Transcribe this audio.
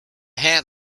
had